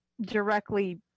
directly